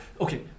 okay